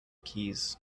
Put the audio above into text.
keys